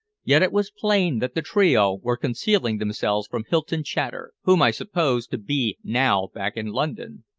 yet it was plain that the trio were concealing themselves from hylton chater, whom i supposed to be now back in london.